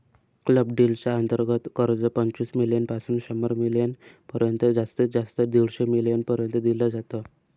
club deal च्या अंतर्गत कर्ज, पंचवीस मिलीयन पासून शंभर मिलीयन पर्यंत जास्तीत जास्त दीडशे मिलीयन पर्यंत दिल जात